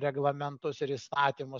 reglamentus ir įstatymus